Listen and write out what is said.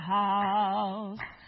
house